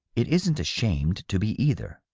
it isn't ashamed to be, either.